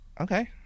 Okay